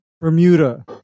Bermuda